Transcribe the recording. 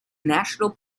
national